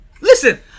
Listen